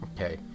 Okay